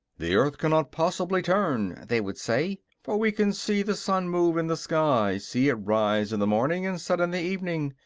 the earth cannot possibly turn, they would say, for we can see the sun move in the sky, see it rise in the morning and set in the evening.